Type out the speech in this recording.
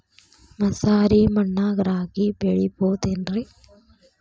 ಮಸಾರಿ ಮಣ್ಣಾಗ ರಾಗಿ ಬೆಳಿಬೊದೇನ್ರೇ?